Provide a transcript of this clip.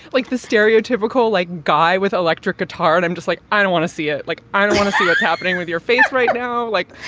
like the stereotypical, like, guy with electric guitar. and i'm just like, i don't want to see it. like, i don't want to see what's happening with your face right now. like,